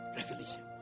revelation